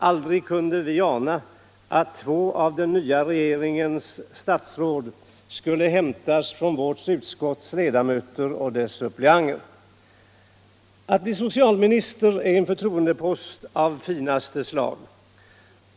Aldrig kunde vi ana alt två av den nya regeringens statsråd skulle hämtas från vårt utskotts ledamöter och suppleanter. Att bli socialminister är en förtroendepost av finaste slag.